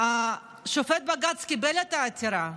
ושופט בג"ץ קיבל את העתירה,